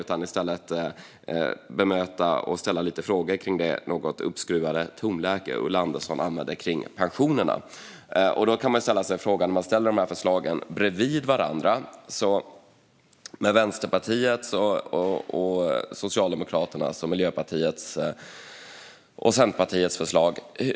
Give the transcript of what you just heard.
Jag ska i stället bemöta och ställa lite frågor om det något uppskruvade tonläge Ulla Andersson använde om pensionerna. Om man ställer förslagen bredvid varandra: Hur mycket får en medianpensionär egentligen med Vänsterpartiets, Socialdemokraternas, Miljöpartiets och Centerpartiets förslag?